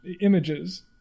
images